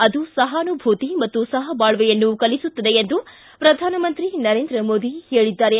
ಅದು ಸಹಾನುಭೂತಿ ಮತ್ತು ಸಹಬಾಳ್ವೆಯನ್ನು ಕಲಿಸುತ್ತದೆ ಎಂದು ಪ್ರಧಾನಮಂತ್ರಿ ನರೇಂದ್ರ ಮೋದಿ ಹೇಳಿದ್ದಾರೆ